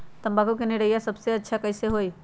तम्बाकू के निरैया सबसे अच्छा कई से होई?